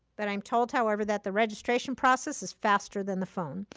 but i'm told, however, that the registration process is faster than the phone.